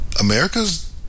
America's